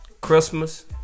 Christmas